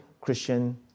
Christian